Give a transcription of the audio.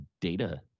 data